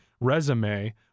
resume